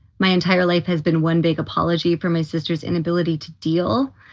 my entire life has been one big apology for my sister's inability to deal.